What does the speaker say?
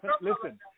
Listen